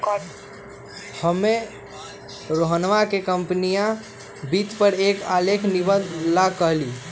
हम्मे रोहनवा के कंपनीया वित्त पर एक आलेख निबंध ला कहली